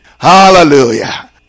Hallelujah